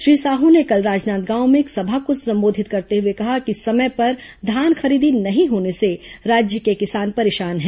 श्री साहू ने कल राजनांदगांव में एक सभा को संबोधित करते हुए कहा कि समय पर धान खरीदी नहीं होने से राज्य के किसान परेशान है